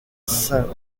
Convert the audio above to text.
saint